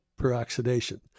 peroxidation